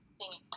singing